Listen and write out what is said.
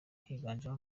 yiganjemo